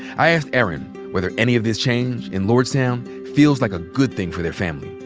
i asked erin whether any of this change in lordstown feels like a good thing for their family.